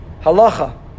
Halacha